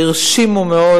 הרשימו מאוד,